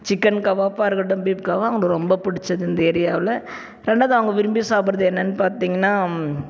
chicken கவாப்பா இருக்கட்டும் beef கவாப் அவங்க ரொம்ப பிடிச்சது இந்த ஏரியாவில் ரெண்டாவது அவுங்க விரும்பி சாப்பிட்றது என்னன்னு பார்த்தீங்கன்னா